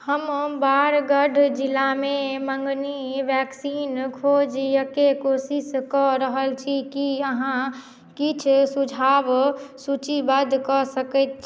हम बारगढ़ जिलामे मँगनी वैक्सीन खोजयके कोशिश कऽ रहल छी की अहाँ किछु सुझाव सूचीबद्ध कऽ सकैत छी